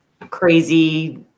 crazy